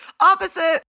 Opposite